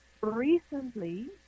recently